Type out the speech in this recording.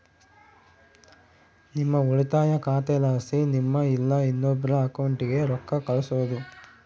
ನಿಮ್ಮ ಉಳಿತಾಯ ಖಾತೆಲಾಸಿ ನಿಮ್ಮ ಇಲ್ಲಾ ಇನ್ನೊಬ್ರ ಅಕೌಂಟ್ಗೆ ರೊಕ್ಕ ಕಳ್ಸೋದು